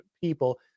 people